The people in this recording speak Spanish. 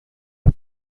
los